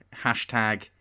hashtag